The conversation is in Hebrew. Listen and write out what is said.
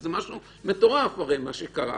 הרי זה משהו מטורף מה שקרה.